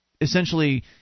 essentially